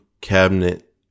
cabinet